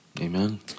Amen